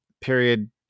period